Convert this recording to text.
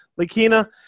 Lakina